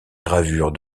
gravures